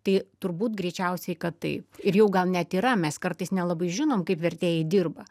tai turbūt greičiausiai kad taip ir jau gal net yra mes kartais nelabai žinom kaip vertėjai dirba